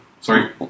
Sorry